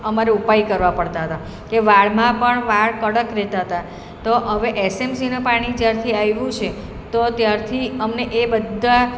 અમારે ઉપાય કરવા પડતા હતા એ વાળમાં પણ વાળ કડક રહેતા હતા તો હવે એસએમસીનું પાણી જ્યારથી આવ્યું છે તો ત્યારથી અમને એ બધા